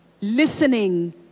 listening